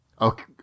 Okay